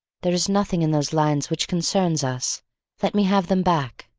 there is nothing in those lines which concerns us let me have them back.